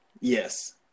Yes